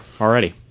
already